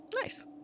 Nice